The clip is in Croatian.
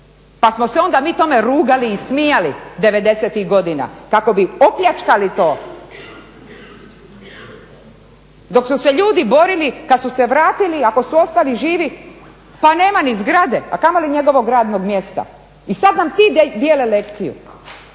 pa smo se mi onda tome rugali i smijali devedesetih godina kako bi opljačkali to. Dok su se ljudi borili kad su se vratili, ako su ostali živi pa nema ni zgrade, a kamoli njegovog radnog mjesta. I sad nam ti dijele lekcije.